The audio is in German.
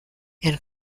ihren